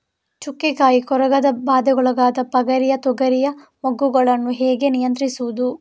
ಚುಕ್ಕೆ ಕಾಯಿ ಕೊರಕದ ಬಾಧೆಗೊಳಗಾದ ಪಗರಿಯ ತೊಗರಿಯ ಮೊಗ್ಗುಗಳನ್ನು ಹೇಗೆ ನಿಯಂತ್ರಿಸುವುದು?